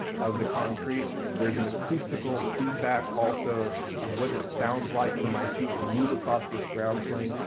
of the concrete. there's an acoustical feedback also of of what it sounds like for my feet to move across this ground plane,